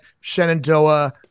Shenandoah